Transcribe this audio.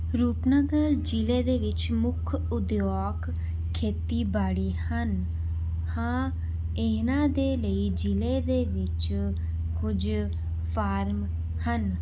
ਰੂਪਨਗਰ ਜ਼ਿਲ੍ਹੇ ਦੇ ਵਿੱਚ ਮੁੱਖ ਉਦਯੋਗ ਖੇਤੀਬਾੜੀ ਹਨ ਹਾਂ ਇਹਨਾਂ ਦੇ ਲਈ ਜ਼ਿਲ੍ਹੇ ਦੇ ਵਿੱਚ ਕੁਝ ਫਾਰਮ ਹਨ